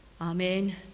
Amen